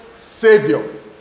Savior